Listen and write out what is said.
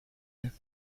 bonne